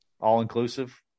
all-inclusive